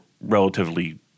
relatively